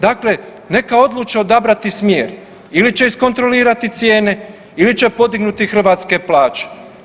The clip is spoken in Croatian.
Dakle, neka odluče odabrati smjer ili će iskontrolirati cijene ili će podignuti hrvatske plaće.